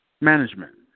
management